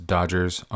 Dodgers